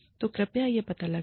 तो कृपया यह पता लगाएँ